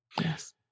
Yes